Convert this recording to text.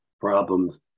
problems